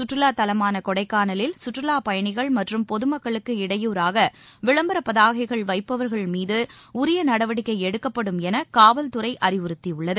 சுற்றுலாதலமானகொடைக்கானலில் சுற்றுலாபயணிகள் மற்றும் பொதுமக்களுக்கு இடையூறாகவிளம்பரபதாகைகள் வைப்பவர்கள் மீதுஉரியநடவடிக்கைஎடுக்கப்படும் எனகாவல்துறைஅறிவுறுத்தியுள்ளது